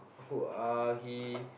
who uh he